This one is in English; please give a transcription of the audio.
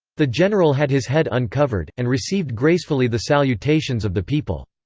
the general had his head uncovered, and received gracefully the salutations of the people.